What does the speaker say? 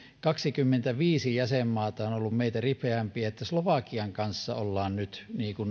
kaksikymmentäviisi jäsenmaata on ollut meitä ripeämpiä että slovakian kanssa olemme nyt